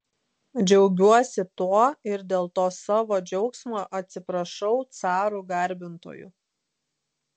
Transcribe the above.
džiaugiuosi tuo ir dėl to savo džiaugsmo atsiprašau carų garbintojų